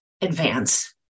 advance